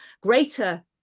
greater